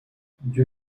dieu